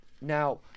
Now